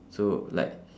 so like